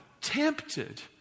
tempted